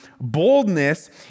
boldness